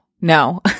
no